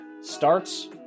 starts